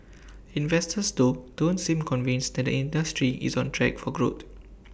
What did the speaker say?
investors though don't seem convinced that the industry is on track for growth